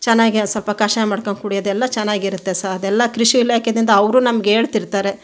ಚೆನ್ನಾಗಿ ಸ್ವಲ್ಪ ಕಷಾಯ ಮಾಡಿಕೊಂಡು ಕುಡಿಯೋದು ಎಲ್ಲ ಚೆನ್ನಾಗಿರುತ್ತೆ ಸೊ ಅದೆಲ್ಲ ಕೃಷಿ ಇಲಾಖೆಯಿಂದ ಅವರು ನಮಗೆ ಹೇಳ್ತಿರ್ತಾರೆ